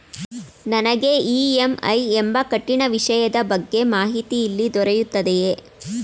ನನಗೆ ಇ.ಎಂ.ಐ ಎಂಬ ಕಠಿಣ ವಿಷಯದ ಬಗ್ಗೆ ಮಾಹಿತಿ ಎಲ್ಲಿ ದೊರೆಯುತ್ತದೆಯೇ?